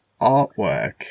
artwork